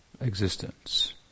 existence